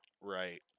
right